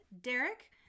Derek